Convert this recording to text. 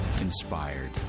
inspired